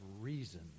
reason